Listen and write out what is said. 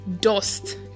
dust